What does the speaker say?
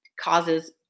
causes